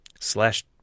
slash